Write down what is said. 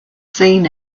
seen